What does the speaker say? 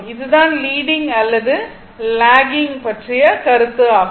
இது தான் லீடிங் அல்லது லாகிங் பற்றிய கருத்து ஆகும்